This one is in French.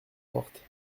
forte